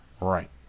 right